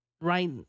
Right